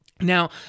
now